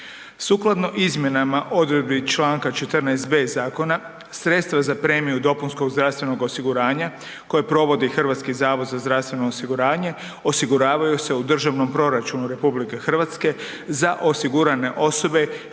Sukladno izmjenama odredbi čl. 14.b Zakona, sredstva za premiju dopunskog zdravstvenog osiguranja koje provodi HZZO osiguravaju se u državnom proračunu RH za osigurane osobe